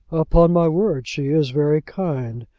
upon my word she is very kind.